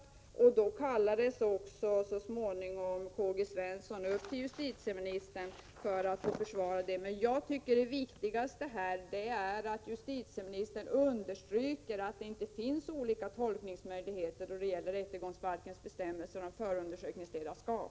Så småningom kallades också K. G. Svensson upp till justitieministern för att försvara detta. Jag tycker emellertid att det viktigaste här är att justitieministern understryker att det inte finns olika tolkningsmöjligheter då det gäller rättegångsbalkens bestämmelser om förundersökningsledarskap.